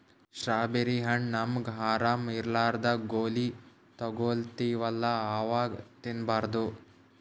strawberry ಹಣ್ಣ್ ನಮ್ಗ್ ಆರಾಮ್ ಇರ್ಲಾರ್ದಾಗ್ ಗೋಲಿ ತಗೋತಿವಲ್ಲಾ ಅವಾಗ್ ತಿನ್ಬಾರ್ದು